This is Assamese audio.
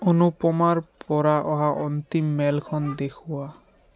অনুপমাৰপৰা অহা অন্তিম মেইলখন দেখুওৱা